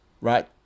Right